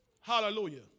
Hallelujah